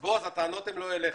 בועז, הטענות הן לא אליך.